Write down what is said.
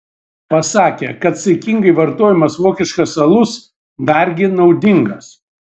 pasakė kad saikingai vartojamas vokiškas alus dargi naudingas